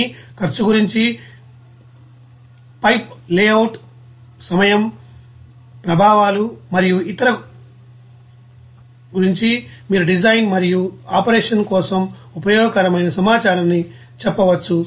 కానీ ఖర్చు గురించి పైప్ లేవుట్ సమయం ప్రభావాలు మరియు ఇతర గురించి మీరు డిజైన్ మరియు ఆపరేషన్ కోసం ఉపయోగకరమైన సమాచారాన్ని చెప్పవచ్చు